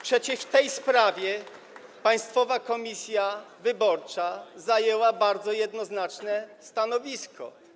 Przecież w tej sprawie Państwowa Komisja Wyborcza zajęła bardzo jednoznaczne stanowisko.